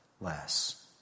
less